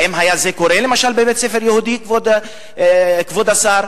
האם זה היה קורה, למשל, בבית-ספר יהודי, כבוד השר?